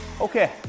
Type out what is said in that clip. Okay